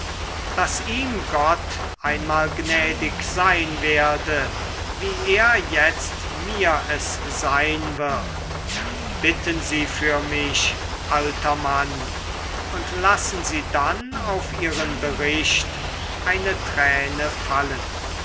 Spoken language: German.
daß ihm gott einmal gnädig sein werde wie er jetzt mir es sein wird bitten sie für mich alter mann und lassen sie dann auf ihren bericht eine träne fallen